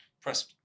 press